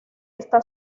esta